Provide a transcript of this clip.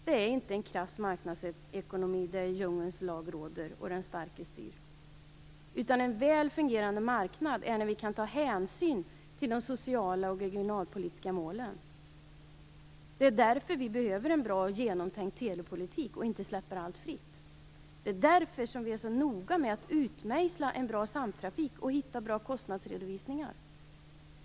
Det är inte en krass marknadsekonomi där djungelns lag råder och den starke styr, utan en väl fungerande marknad är när vi kan ta hänsyn till de sociala och regionalpolitiska målen. Det är därför vi behöver en bra och genomtänkt telepolitik, och inte vill släppa allt fritt. Det är därför vi är så noga med att utmejsla en bra samtrafik och hitta bra kostnadsredovisningar.